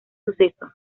suceso